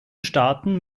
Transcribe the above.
staaten